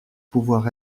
pouvoir